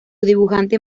dibujante